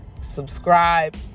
subscribe